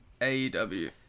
AEW